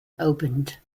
opened